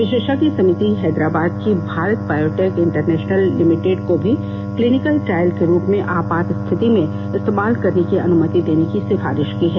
विशेषज्ञ समिति ने हैदराबाद की भारत बायोटैक इंटरनेशनल लिमिटेड को भी क्लिनिकल ट्रायल के रूप में आपात स्थिति में इस्तेमाल करने की अनुमति देने की सिफारिश की है